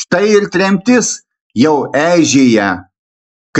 štai ir tremtis jau eižėja